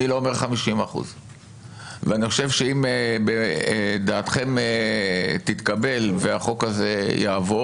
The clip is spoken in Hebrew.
אני לא אומר 50%. אני חושב שאם דעתכם תתקבל והחוק הזה יעבור,